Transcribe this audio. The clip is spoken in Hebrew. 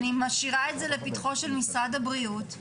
אני משאירה את זה לפתחם של משרד הבריאות,